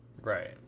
Right